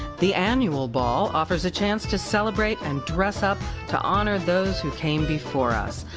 the annual ball offers a chance to celebrate and dress up to honor those who came before us.